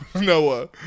Noah